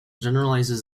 generalizes